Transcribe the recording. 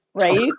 right